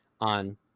on